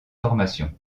formation